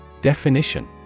Definition